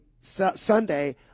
Sunday –